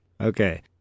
Okay